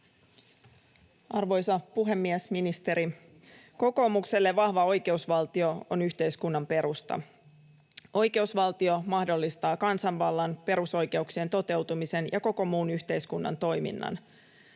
Arvoisa puhemies! Ministeri! Kokoomukselle vahva oikeusvaltio on yhteiskunnan perusta. Oikeusvaltio mahdollistaa kansanvallan ja perusoikeuksien toteutumisen sekä koko muun yhteiskunnan toiminnan.